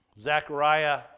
Zechariah